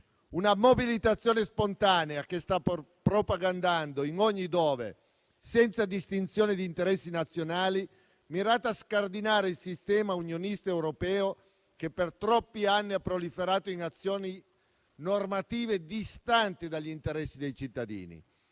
una mobilitazione spontanea che si sta propagando in ogni dove, senza distinzione di interessi nazionali, mirata a scardinare il sistema unionista europeo che per troppi anni ha proliferato in azioni normative distanti dagli interessi dei cittadini.